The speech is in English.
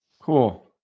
Cool